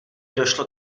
došlo